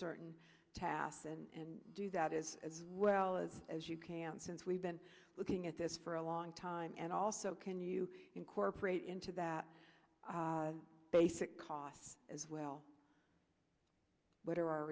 certain tasks and do that is as well as as you can since we've been looking at this for a long time and also can you incorporate into that basic cost as well what are our